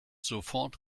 sofort